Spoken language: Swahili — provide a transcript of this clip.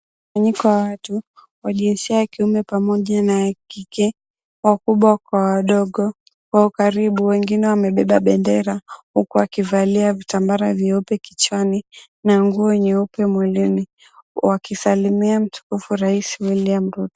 Mkusanyiko wa watu wa jinsia ya kiume pamoja na kike wakubwa kwa wadogo kwa ukaribu. Wengine wamebeba bendera huku wakivalia vitambara vyeupe kichwani na nguo nyeupe mwilini wakisalamia Mtukufu Rais William Ruto.